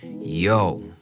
Yo